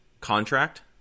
contract